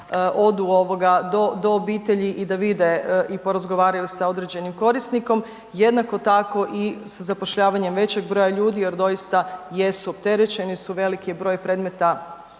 odu ovoga do, do obitelji i da vide i porazgovaraju sa određenim korisnikom, jednako tako i sa zapošljavanjem većeg broja ljudi jer doista jesu opterećeni su, velik je broj predmeta